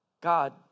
God